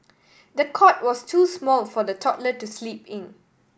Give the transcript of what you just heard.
the cot was too small for the toddler to sleep in